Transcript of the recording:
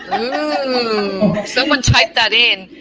um oooo some one type that in.